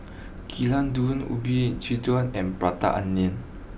Gulai Daun Ubi and Prata Onion